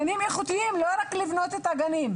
גנים איכותיים, לא רק לבנות את הגנים.